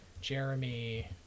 jeremy